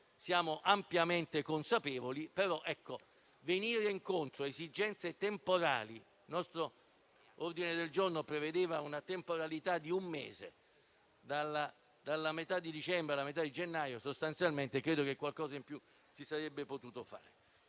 siamo ampiamente consapevoli. Venendo incontro a esigenze temporali, il nostro ordine del giorno prevedeva una temporalità di un mese, dalla metà di dicembre alla metà di gennaio: sostanzialmente, qualcosa in più si sarebbe potuto fare.